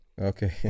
Okay